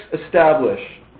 establish